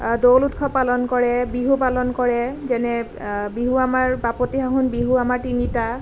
দৌল উৎসৱ পালন কৰে বিহু পালন কৰে যেনে বিহু আমাৰ বাপতিসাহোন বিহু আমাৰ তিনিটা